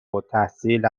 التحصیل